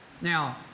Now